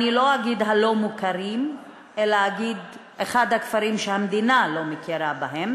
אני לא אגיד הלא-מוכרים אלא אגיד אחד הכפרים שהמדינה לא מכירה בהם,